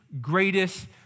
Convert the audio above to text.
greatest